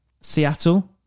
Seattle